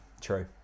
True